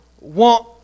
want